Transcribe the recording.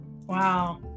wow